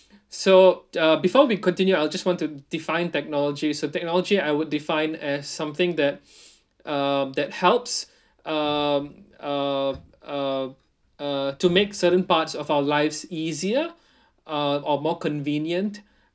so uh before we continue I'll just want to define technology so technology I would define as something that uh that helps um uh uh uh to make certain parts of our lives easier uh or more convenient